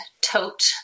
tote